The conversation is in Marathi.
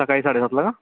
सकाळी साडेसातला का